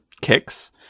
kicks